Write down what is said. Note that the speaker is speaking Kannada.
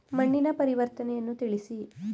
ಮಣ್ಣಿನ ಪರಿವರ್ತನೆಯನ್ನು ತಿಳಿಸಿ?